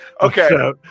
Okay